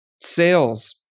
sales